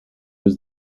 was